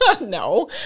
no